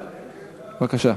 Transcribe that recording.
בבקשה.